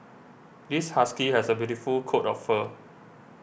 this husky has a beautiful coat of fur